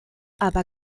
aber